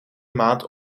maand